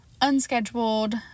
unscheduled